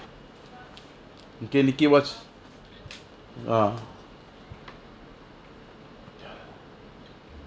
okay nicky watch ah